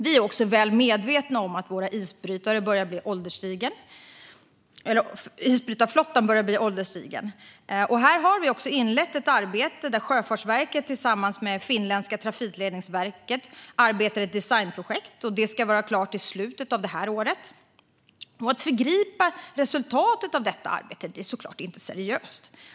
Vi är också väl medvetna om att vår isbrytarflotta börjar bli ålderstigen. Här har också ett arbete inletts där Sjöfartsverket arbetar tillsammans finländska Trafikledningsverket i ett designprojekt. Detta ska vara klart i slutet av detta år. Att föregripa resultatet av detta arbete är inte seriöst.